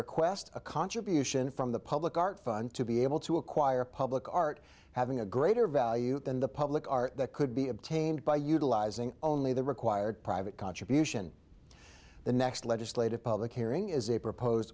request a contribution from the public art fund to be able to acquire public art having a greater value than the public art that could be obtained by utilizing only the required private contribution the next legislative public hearing is a propose